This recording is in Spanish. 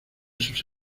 sus